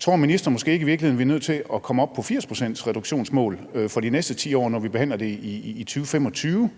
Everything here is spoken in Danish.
Tror ministeren måske i virkeligheden ikke, at vi er nødt til at komme op på et 80-procentsreduktionsmål for de næste 10 år, når vi behandler det i 2025?